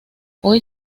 hoy